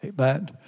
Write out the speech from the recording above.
Amen